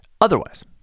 otherwise